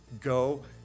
Go